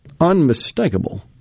unmistakable